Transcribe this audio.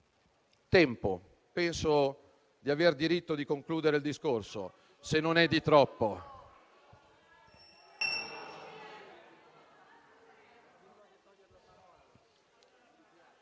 Tempo? Penso di aver diritto di concludere il discorso, se non è troppo.